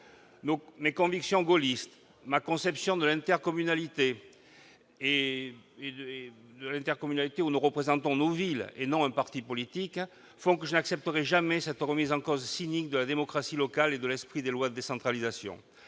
Mes convictions gaullistes, ma conception de l'intercommunalité, selon laquelle nous représentons nos villes et non un parti politique, font que je n'accepterai jamais cette remise en cause cynique de la démocratie locale et de l'esprit des lois de décentralisation.